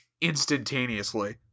instantaneously